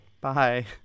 Bye